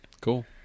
Cool